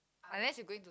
unless you going to